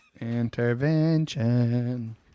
Intervention